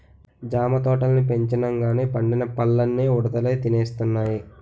జామ తోటల్ని పెంచినంగానీ పండిన పల్లన్నీ ఉడతలే తినేస్తున్నాయి